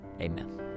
Amen